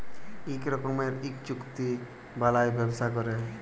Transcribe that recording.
ইক রকমের ইক চুক্তি বালায় ব্যবসা ক্যরে